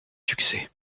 succès